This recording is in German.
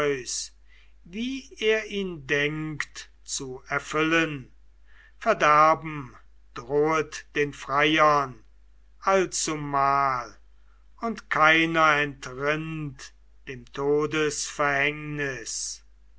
wie er ihn denkt zu erfüllen verderben drohet den freiern allzumal und keiner entrinnt dem